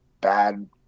Bad